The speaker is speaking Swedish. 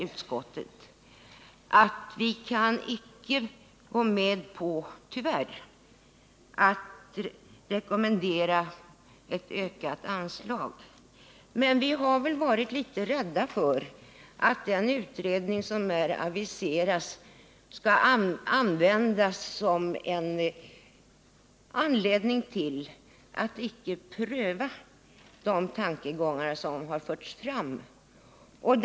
Utskottsmajoriteten har sagt att det tyvärr är omöjligt att gå med på ett ökat anslag. Vi har väl varit litet rädda för att den utredning som här aviseras skall utgöra en anledning till att de tankegångar som förts fram icke prövas.